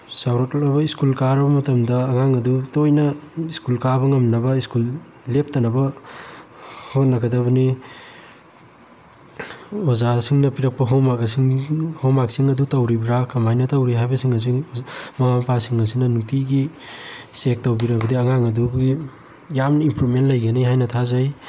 ꯆꯥꯎꯔꯛꯂꯕ school ꯀꯥꯔꯕ ꯃꯇꯝꯗ ꯑꯉꯥꯡ ꯑꯗꯨ ꯇꯣꯏꯅ ꯁ꯭ꯀꯨꯜ ꯀꯥꯕ ꯉꯝꯅꯕ ꯁ꯭ꯀꯨꯜ ꯂꯦꯞꯇꯅꯕ ꯍꯣꯠꯅꯒꯗꯕꯅꯤ ꯑꯣꯖꯥꯁꯤꯡꯅ ꯄꯤꯔꯛꯄ ꯍꯣꯝꯋꯥꯔꯛꯁꯤꯡ ꯑꯗꯨ ꯇꯧꯔꯤꯕ꯭ꯔꯥ ꯀꯃꯥꯏꯅ ꯇꯧꯔꯤ ꯍꯥꯏꯕꯁꯤꯡ ꯑꯁꯤ ꯃꯃꯥ ꯃꯄꯥꯁꯤꯡ ꯑꯁꯤꯅ ꯅꯨꯡꯇꯤꯒꯤ ꯆꯦꯛ ꯇꯧꯕꯤꯔꯕꯗꯤ ꯑꯉꯥꯡ ꯑꯗꯨꯒꯤ ꯌꯥꯝꯅ ꯏꯝꯄ꯭ꯔꯨꯞꯃꯦꯟ ꯂꯩꯒꯅꯤ ꯍꯥꯏꯅ ꯊꯥꯖꯩ